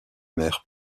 mer